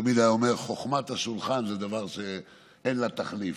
הוא תמיד היה אומר: חוכמת השולחן זה דבר שאין לו תחליף.